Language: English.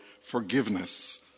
forgiveness